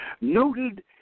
noted